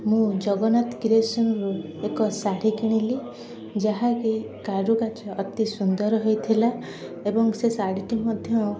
ମୁଁ ଜଗନ୍ନାଥ କ୍ରିଏସନ୍ରୁ ଏକ ଶାଢ଼ୀ କିଣିଲି ଯାହାକି କାରୁକାର୍ଯ୍ୟ ଅତି ସୁନ୍ଦର ହୋଇଥିଲା ଏବଂ ସେ ଶାଢ଼ୀଟି ମଧ୍ୟ